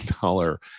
dollar